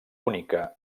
única